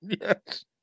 Yes